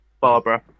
Barbara